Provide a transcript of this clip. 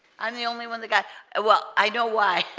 i'm the only one that guy ah well i know why